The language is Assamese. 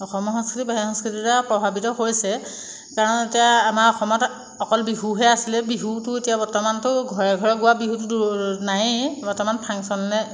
অসমৰ সংস্কৃতি বাহিৰৰ সংস্কৃতিৰদ্বাৰা প্ৰভাৱিত হৈছে কাৰণ এতিয়া আমাৰ অসমত অকল বিহুহে আছিলে বিহুটো এতিয়া বৰ্তমানটো ঘৰে ঘৰে গোৱা বিহুটোটো নাইয়েই বৰ্তমান ফাংচনে